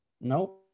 No